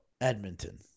Edmonton